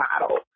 model